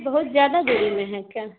بہت زیادہ دوری میں ہیں کیا